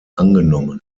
angenommen